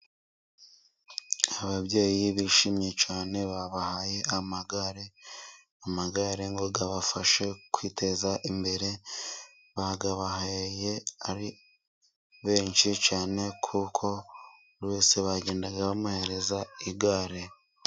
Ababyeyi bishimye cyane babahaye amagare, amagare ngo abafashe kwiteza imbere, bayabahaye ari benshi cyane kuko buri wese bagendaga bamwoherereza igare.